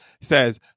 says